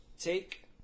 Take